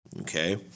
Okay